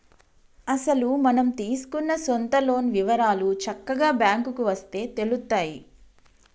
అసలు మనం తీసుకున్న సొంత లోన్ వివరాలు చక్కగా బ్యాంకుకు వస్తే తెలుత్తాయి